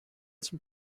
some